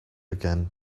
again